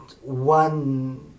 one